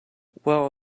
well